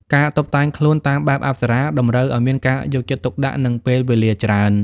ការតុបតែងខ្លួនតាមបែបអប្សរា តម្រូវឱ្យមានការយកចិត្តទុកដាក់ និងពេលវេលាច្រើន។